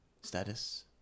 status